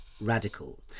radical